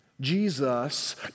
Jesus